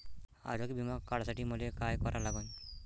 आरोग्य बिमा काढासाठी मले काय करा लागन?